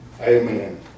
Amen